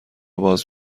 باز